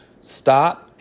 Stop